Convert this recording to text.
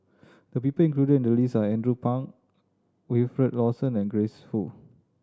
the people included in the list are Andrew Phang Wilfed Lawson and Grace Fu